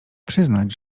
przyznać